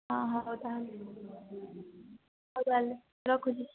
ହଁ ହଁ ହଉ ତା'ହେଲେ ହଉ ତା'ହେଲେ ରଖୁଛି